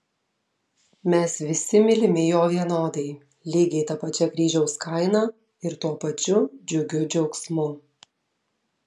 mes visi mylimi jo vienodai lygiai ta pačia kryžiaus kaina ir tuo pačiu džiugiu džiaugsmu